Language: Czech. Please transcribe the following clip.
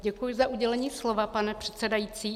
Děkuji za udělení slova, pane předsedající.